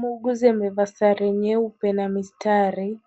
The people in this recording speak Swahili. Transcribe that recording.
Muuguzi amevaa sare nyeupe na mistari